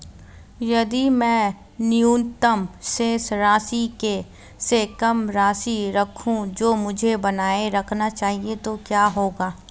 यदि मैं न्यूनतम शेष राशि से कम राशि रखूं जो मुझे बनाए रखना चाहिए तो क्या होगा?